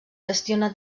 gestiona